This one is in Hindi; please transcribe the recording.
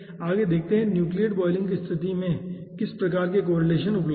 आगे देखते हैं कि न्यूक्लियेट बॉयलिंग की स्थिति में किस प्रकार के कोरिलेसन उपलब्ध हैं